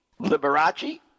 Liberace